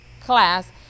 class